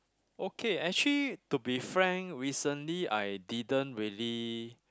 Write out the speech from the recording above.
okay actually to be frank recently I didn't really